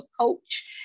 coach